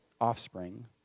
offspring